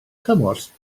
chymorth